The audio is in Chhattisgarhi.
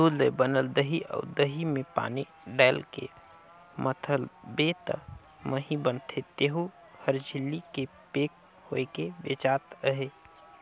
दूद ले बनल दही अउ दही में पानी डायलके मथबे त मही बनथे तेहु हर झिल्ली में पेक होयके बेचात अहे